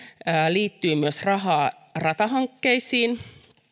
liittyy myös rahaa ratahankkeisiin